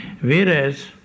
Whereas